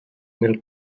mil